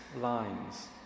lines